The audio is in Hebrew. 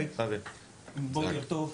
בוקר טוב.